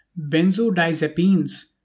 benzodiazepines